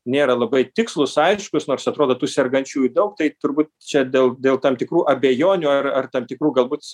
nėra labai tikslūs aiškūs nors atrodo tu sergančiųjų daug tai turbūt čia dėl dėl tam tikrų abejonių ar ar tam tikrų galbūt